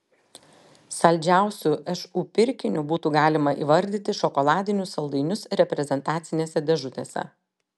saldžiausiu šu pirkiniu būtų galima įvardyti šokoladinius saldainius reprezentacinėse dėžutėse